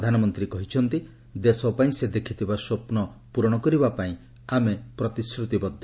ପ୍ରଧାନମନ୍ତ୍ରୀ କହିଛନ୍ତି ଦେଶପାଇଁ ସେ ଦେଖିଥିବା ସ୍ୱପ୍ନ ପୂରଣ କରିବାପାଇଁ ଆମେ ପ୍ରତିଶ୍ରତିବଦ୍ଧ